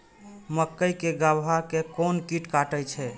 मक्के के गाभा के कोन कीट कटे छे?